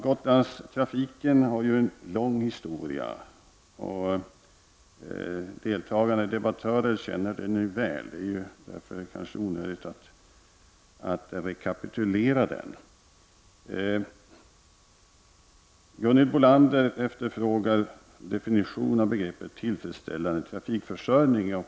Gotlandstrafikens historia är lång och deltagande debattörer är väl bekanta med frågan. Därför är det kanske onödigt att rekapitulera Gotlandstrafikens historia. Gunhild Bolander frågade efter en definition av begreppet ”tillfredsställande trafikförsörjning”.